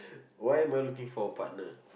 why am I looking for a partner